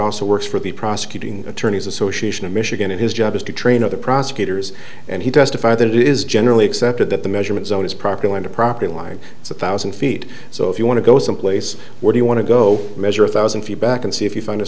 also works for the prosecuting attorneys association of michigan and his job is to train other prosecutors and he testified that it is generally accepted that the measurement zone is properly under proper line it's a thousand feet so if you want to go someplace where you want to go measure a thousand feet back and see if you find a